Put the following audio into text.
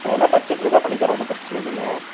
நான் எல்லா பட்ஜட்ல தான் பண்ணித் தரோம் ஒன்றும் பிரச்சனை இல்லைங்க